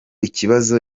ikibazo